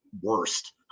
worst